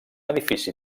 edifici